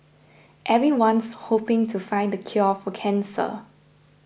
everyone's hoping to find the cure for cancer